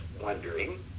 wondering